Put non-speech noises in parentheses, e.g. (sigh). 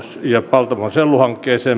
ja paltamon selluhankkeeseen (unintelligible)